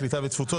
הקליטה והתפוצות,